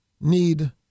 need